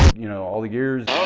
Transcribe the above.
you know. all the gears.